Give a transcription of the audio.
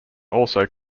also